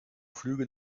flüge